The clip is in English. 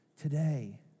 today